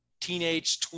Teenage